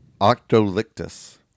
Octolictus